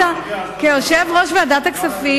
בכלל אני מתפלאת, כי אתה, כיושב-ראש ועדת הכספים,